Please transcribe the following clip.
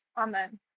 Amen